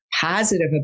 positive